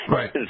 Right